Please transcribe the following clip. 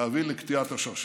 להביא לקטיעת השרשרת.